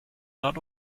not